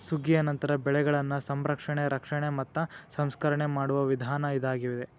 ಸುಗ್ಗಿಯ ನಂತರ ಬೆಳೆಗಳನ್ನಾ ಸಂರಕ್ಷಣೆ, ರಕ್ಷಣೆ ಮತ್ತ ಸಂಸ್ಕರಣೆ ಮಾಡುವ ವಿಧಾನ ಇದಾಗಿದೆ